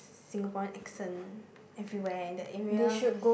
Singaporean accent everywhere in that area